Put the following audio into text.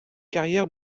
carrière